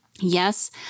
Yes